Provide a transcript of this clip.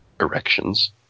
erections